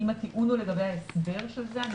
אם הטיעון הוא לגבי ההסבר של זה, אנחנו נסביר.